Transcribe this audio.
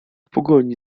pogoni